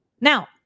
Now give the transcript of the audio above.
Now